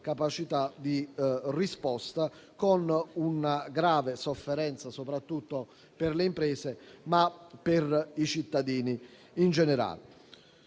capacità di risposta, con una grave sofferenza soprattutto per le imprese, ma per i cittadini in generale.